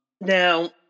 Now